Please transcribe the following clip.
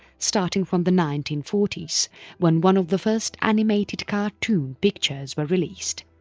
starting from the nineteen forty s when one of the first animated cartoon pictures were released.